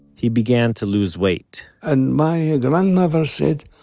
he began to lose weight and my grandmother said,